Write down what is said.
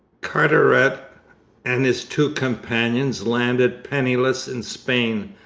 carteret and his two companions landed penniless in spain,